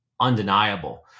undeniable